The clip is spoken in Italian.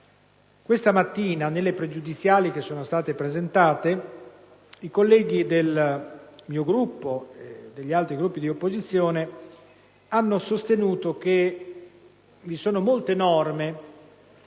Questa mattina, nelle questioni pregiudiziali presentate, i colleghi del mio Gruppo e degli altri Gruppi di opposizione hanno sostenuto che vi sono molte norme